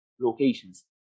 locations